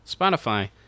Spotify